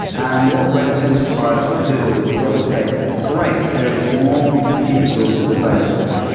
and what redis enterprise will do, it will say, great! there is more compute resources available.